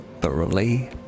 thoroughly